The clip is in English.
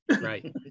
Right